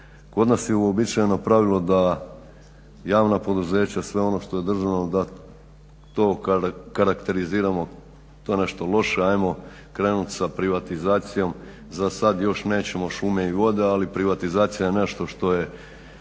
Kod nas je uobičajeno pravilo da javna poduzeća, sve ono što je državno da to karakteriziramo, to nešto loše, ajmo krenut sa privatizacijom. Za sad još nećemo šume i vode, ali privatizacija je nešto što je